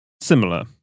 similar